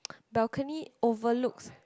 balcony overlooks